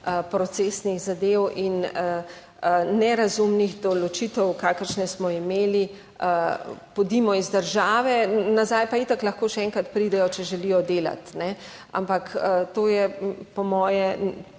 procesnih zadev in nerazumnih določitev, kakršne smo imeli, podimo iz države, nazaj pa itak lahko še enkrat pridejo, če želijo delati. Ampak to je po moje